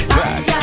back